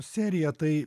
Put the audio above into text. seriją tai